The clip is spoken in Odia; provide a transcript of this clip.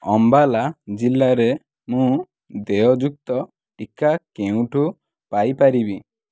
ଅମ୍ବାଲା ଜିଲ୍ଲାରେ ମୁଁ ଦେୟଯୁକ୍ତ ଟୀକା କେଉଁଠୁ ପାଇପାରିବି